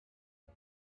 who